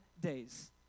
days